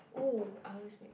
!woo! I always make cream